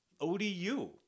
ODU